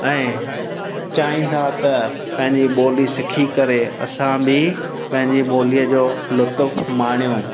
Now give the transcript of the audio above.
ऐं चाहींदा त पंहिंजी ॿोली सिखी करे असां बि पंहिंजी ॿोलीअ जो लुत्फ़ु माणियूं